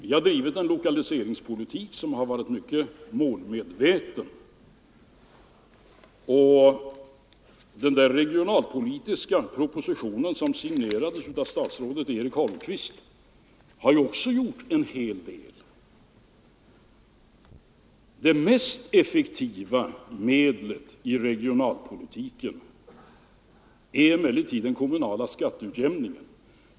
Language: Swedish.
Vi har drivit en lokaliseringspolitik som har varit mycket målmedveten, och den regionalpolitiska propositionen, som signerades av statsrådet Eric Holmqvist, har också gjort en hel del. Det mest effektiva medlet i regionalpolitiken är emellertid den kommunala skatteutjämningen.